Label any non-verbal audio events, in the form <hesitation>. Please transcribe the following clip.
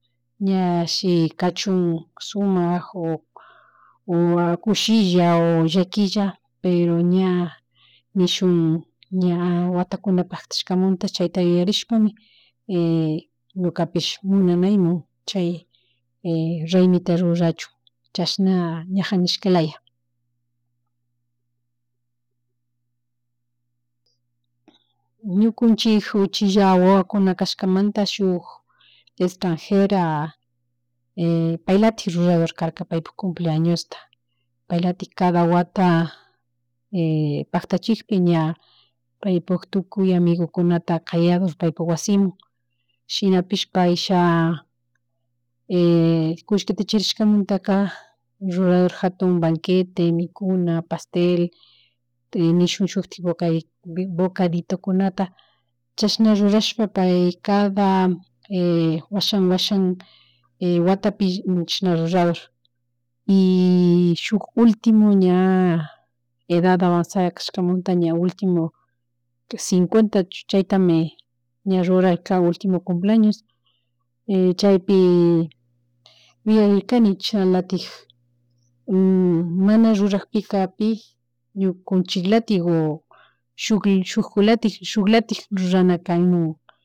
Ña <hesitation> shi kachun shumak o <noise> o kullisha o llakilla, pero ña nishun ña <hesitation> watakunapaktashkamanta chayta yuyarishpami <hesitation> ñukapish munanaymun chay <hesitation> raymita rurachun chashna ñajanishkalaya. <noise> Ñukunchik uchilla wawakuna kashkamanta shuk <hesitation> extrangera <hesitation> paylatik rurador carca paypuk cumpleañosta paylatik cada wata <hesitation> pactachipi ña <noise> paypuk tukuy amigukunata kayador paypuk wasiman shinapish paysha <hesitation> kullkita charishkamantaka rurador jatun banqueta mikuna, pastel, <noise> nishuk shutik <unintelligible> bocaditokunata chasna rurashpa pay cada <hesitation> washan, washan <hesitation> watapi chishna rurador y shuk ultimo ña edad avansada kashkumanta ña ultimu <noise> cincuentachu chaytami ña rurarka ultimu cumpleaños <hesitation> chaypi <hesitation> <unintelligible> chashnalatik <noise> mana rurapikca pi ñukunchilakti o <noise> shuk shuklatik shulaktik rurakanmun. <noise>